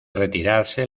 retirarse